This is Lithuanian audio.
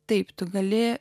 taip tu gali